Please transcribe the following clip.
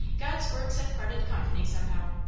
god's works have parted company somehow.